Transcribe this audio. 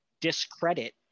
discredit